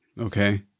Okay